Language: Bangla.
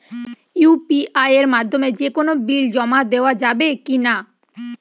ইউ.পি.আই এর মাধ্যমে যে কোনো বিল জমা দেওয়া যাবে কি না?